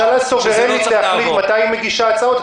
אבל הממשלה סוברנית להחליט מתי היא מגישה הצעות.